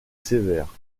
sévère